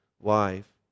life